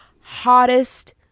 hottest